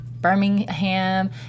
Birmingham